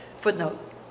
footnote